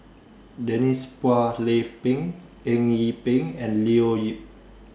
Denise Phua Lay Peng Eng Yee Peng and Leo Yip